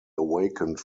awakened